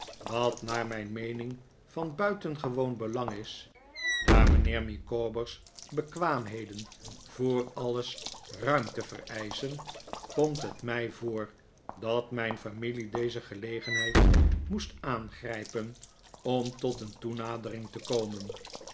wat naar mijn meening van buitengewoon belang is daar mijnheer micawber's bekwaamheden voor alles ruimte vereischen komt het mij voor dat mijn familie deze gelegenheid moest aangrijpen om tot een toenadering te komen